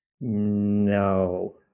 No